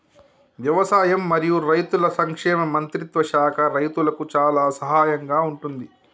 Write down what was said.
వ్యవసాయం మరియు రైతుల సంక్షేమ మంత్రిత్వ శాఖ రైతులకు చాలా సహాయం గా ఉంటుంది